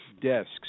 desks